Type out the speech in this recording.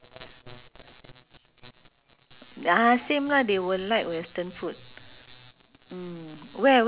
ah easier the children also can move around ah got you got pram lah wheelchair all that ah easily accessible